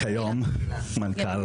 כיום מנכ"ל